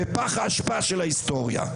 בפח האשפה של ההיסטוריה.